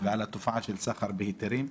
ועל התופעה של סחר בהיתרים.